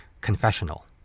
confessional